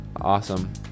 Awesome